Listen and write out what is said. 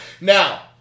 Now